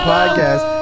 Podcast